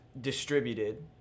distributed